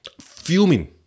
Fuming